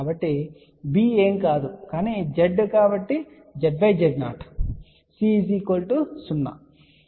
కాబట్టి B ఏమీ కాదు కానీ Z కాబట్టి ZZ0 C 0